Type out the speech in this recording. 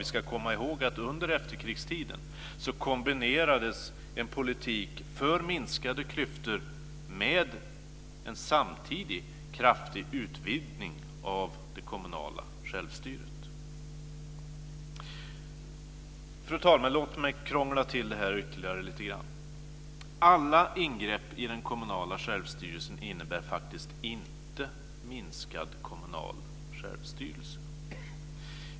Vi ska komma ihåg att under efterkrigstiden kombinerades en politik för minskade klyftor med en samtidig kraftig utvidgning av det kommunala självstyret. Fru talman! Låt mig krångla till det här ytterligare lite grann. Inte alla ingrepp i den kommunala självstyrelsen innebär faktiskt minskad kommunal självstyrelse.